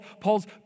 Paul's